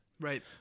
Right